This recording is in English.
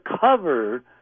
cover